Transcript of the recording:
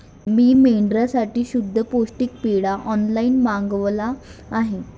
मी मेंढ्यांसाठी शुद्ध पौष्टिक पेंढा ऑनलाईन मागवला आहे